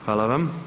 Hvala vam.